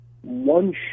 one